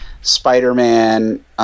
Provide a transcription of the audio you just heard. Spider-Man